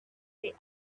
the